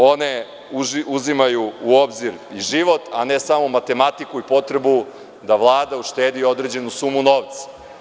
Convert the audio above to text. One uzimaju u obzir i život a ne samo matematiku i potrebu da KVlada uštedi određenu sumu novca.